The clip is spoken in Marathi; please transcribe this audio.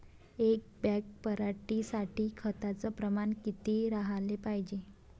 एक बॅग पराटी साठी खताचं प्रमान किती राहाले पायजे?